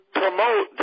promote